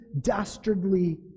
dastardly